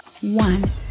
one